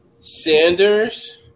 Sanders